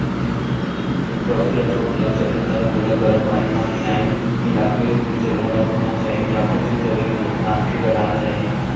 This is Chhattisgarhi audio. पसु ल चोट लाग जाथे त ओला गरम पानी म फिनाईल मिलाके ओ जघा ल धोना चाही डॉक्टर तीर दवई मलहम लानके लगाना चाही